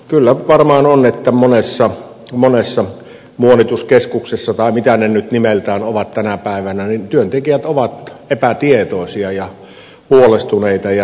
kyllä varmaan on että monessa muonituskeskuksessa tai mitä ne nyt nimeltään ovat tänä päivänä työntekijät ovat epätietoisia ja huolestuneita